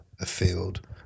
afield